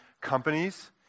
companies